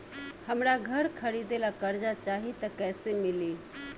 हमरा घर खरीदे ला कर्जा चाही त कैसे मिली?